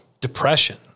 depression